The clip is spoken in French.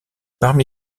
parmi